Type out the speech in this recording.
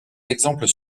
exemples